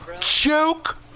Joke